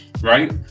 right